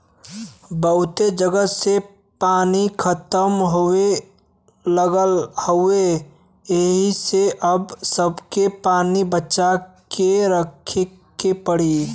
बहुते जगह से पानी खतम होये लगल हउवे एही से अब सबके पानी के बचा के रखे के पड़ी